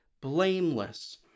blameless